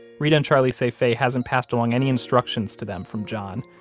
reta and charlie say faye hasn't passed along any instructions to them from john.